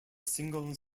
single